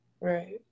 Right